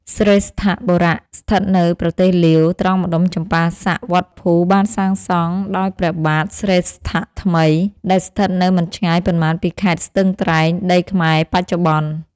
ស្រេស្តបុរៈ ស្ថិតនៅប្រទេសលាវ ត្រង់ម្តុំចម្ប៉ាសាក់-វត្តភូ បានសាងសង់ ដោយព្រះបាទស្រេស្តថ្មី ដែលស្ថិតនៅមិនឆ្ងាយប៉ុន្មានពីខេត្តស្ទឹងត្រែង ដីខ្មែរ បច្ចុប្បន្ន។